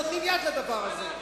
שנותנים יד לדבר הזה.